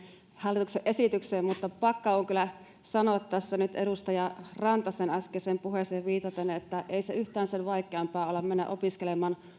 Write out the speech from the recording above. hallituksen esitykseen mutta pakko on kyllä sanoa tässä nyt edustaja rantasen äskeiseen puheeseen viitaten että ei se yhtään sen vaikeampaa ole mennä opiskelemaan